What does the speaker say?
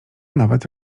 nawet